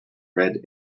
red